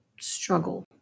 struggle